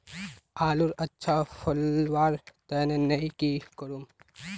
आलूर अच्छा फलवार तने नई की करूम?